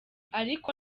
ariko